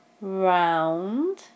Round